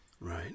Right